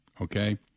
Okay